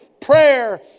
prayer